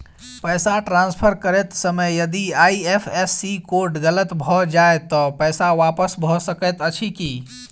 पैसा ट्रान्सफर करैत समय यदि आई.एफ.एस.सी कोड गलत भऽ जाय तऽ पैसा वापस भऽ सकैत अछि की?